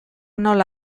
nola